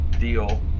deal